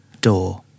Door